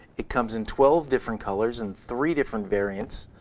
it comes in twelve different colors and three different variants.